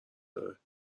داره